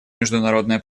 международная